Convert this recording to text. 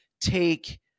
take –